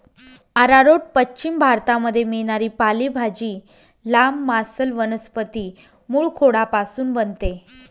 arrowroot पश्चिम भारतामध्ये मिळणारी पालेभाजी, लांब, मांसल वनस्पती मूळखोडापासून बनते